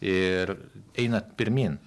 ir eina pirmyn